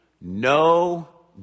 No